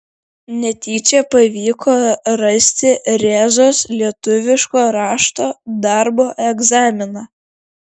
netyčia pavyko rasti rėzos lietuviško rašto darbo egzaminą